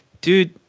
dude